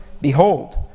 behold